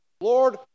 Lord